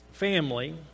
family